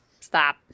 stop